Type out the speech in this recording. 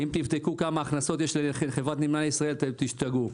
אם תבדקו כמה הכנסות יש לחברת נמלי ישראל תשתגעו.